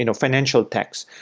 you know financial techs,